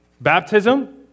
Baptism